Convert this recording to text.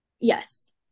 Yes